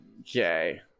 Okay